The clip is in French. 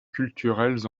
culturelles